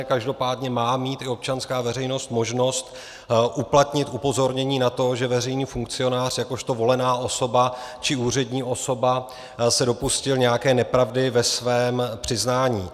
Každopádně má mít i občanská veřejnost možnost uplatnit upozornění na to, že veřejný funkcionář jakožto volená osoba či úřední osoba se dopustil nějaké nepravdy ve svém přiznání.